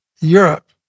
Europe